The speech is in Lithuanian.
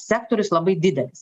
sektorius labai didelis